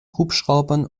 hubschraubern